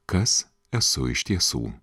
kas esu iš tiesų